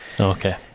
Okay